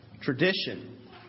tradition